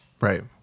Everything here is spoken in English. Right